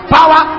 Power